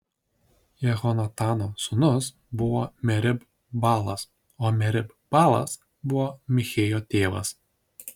jehonatano sūnus buvo merib baalas o merib baalas buvo michėjo tėvas